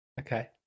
Okay